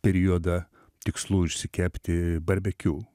periodą tikslu išsikepti barbekiu